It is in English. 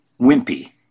wimpy